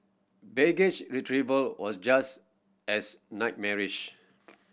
baggage retrieval was just as nightmarish